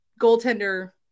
goaltender